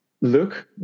look